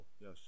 yes